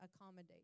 accommodate